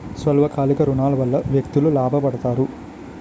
స్వల్ప కాలిక ఋణాల వల్ల వ్యక్తులు లాభ పడతారు